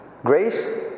Grace